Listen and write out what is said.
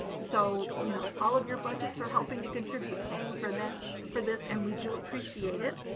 so you know all of your budgets are helping to contribute paying for this for this and we do appreciate it